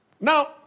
Now